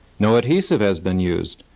no adhesive has been used.